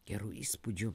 gerų įspūdžių